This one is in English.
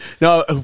No